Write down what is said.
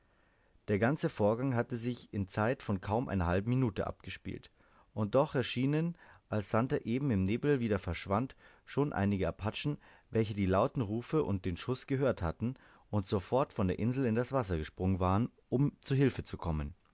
der ganze vorgang hatte sich in zeit von kaum einer halben minute abgespielt und doch erschienen als santer eben im nebel wieder verschwand schon einige apachen welche die lauten rufe und den schuß gehört hatten und sofort von der insel in das wasser gesprungen waren um uns zu hilfe zu kommen